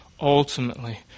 ultimately